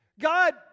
God